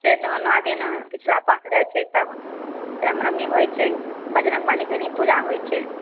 चैतमे नओ दिना पिछला पकि जाइत छै तब रामनओमी होइत छै बजरङ्गबलीके ओहिमे पूजा होइत छै